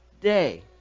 day